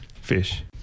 Fish